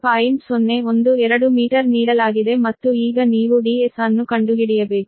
012 metre ನೀಡಲಾಗಿದೆ ಮತ್ತು ಈಗ ನೀವು Ds ಅನ್ನು ಕಂಡುಹಿಡಿಯಬೇಕು